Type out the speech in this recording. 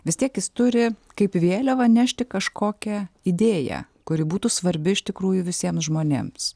vis tiek jis turi kaip vėliavą nešti kažkokią idėją kuri būtų svarbi iš tikrųjų visiems žmonėms